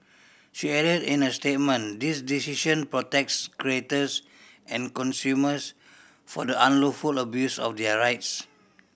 she added in a statement This decision protects creators and consumers for the unlawful abuse of their rights